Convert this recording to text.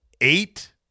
Eight